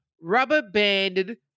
rubber-banded